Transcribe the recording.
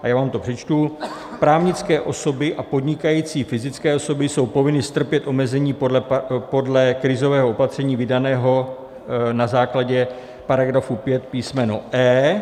Já vám to přečtu: Právnické osoby a podnikající fyzické osoby jsou povinny strpět omezení podle krizového opatření vydaného na základě § 5 písm. e).